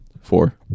Four